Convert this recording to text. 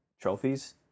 trophies